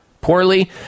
Poorly